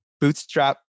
bootstrap